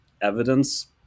evidence